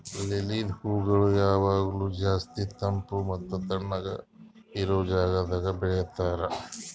lily ಹೂಗೊಳ್ ಯಾವಾಗ್ಲೂ ಜಾಸ್ತಿ ತಂಪ್ ಮತ್ತ ತಣ್ಣಗ ಇರೋ ಜಾಗದಾಗ್ ಬೆಳಿತಾರ್